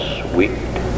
sweet